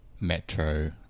Metro